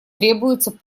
требуется